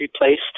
replaced